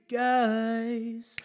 guys